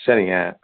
சரிங்க